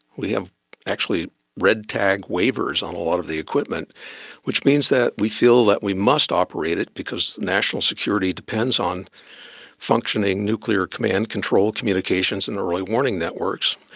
we have actually red tag waivers on a lot of the equipment which means that we feel that we must operate it because national security depends on functioning nuclear command control communications and early warning networks,